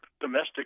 domestic